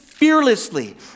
fearlessly